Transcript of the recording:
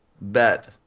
bet